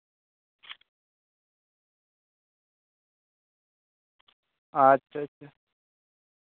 ᱟᱪᱪᱷᱟ ᱪᱷᱟ